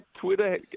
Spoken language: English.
Twitter